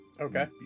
Okay